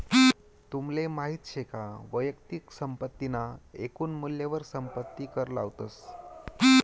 तुमले माहित शे का वैयक्तिक संपत्ती ना एकून मूल्यवर संपत्ती कर लावतस